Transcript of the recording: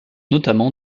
notamment